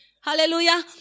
Hallelujah